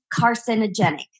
carcinogenic